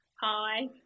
Hi